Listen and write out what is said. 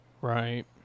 Right